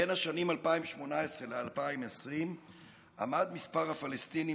בין השנים 2018 ו-2020 עמד מספר הפלסטינים